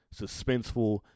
suspenseful